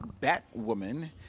Batwoman